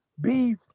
beef